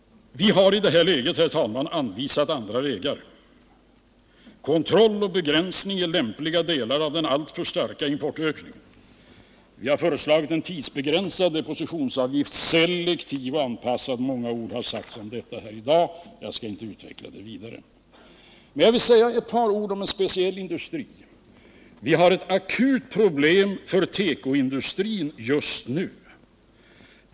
Vi har i detta läge, herr talman, anvisat andra vägar. Kontroll och begränsning är lämpliga delar i den alltför starka importökningen. Vi har föreslagit en tidsbegränsad depositionsavgift, selektiv och anpassad. Många ord har sagts om detta här i dag, och jag skall inte utveckla det vidare. Men jag vill säga ett par ord om en speciell industri. Vi har ett akut problem för tekoindustrin just nu.